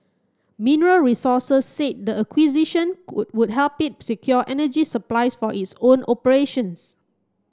Mineral Resources said the acquisition would help it secure energy supplies for its own operations